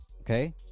okay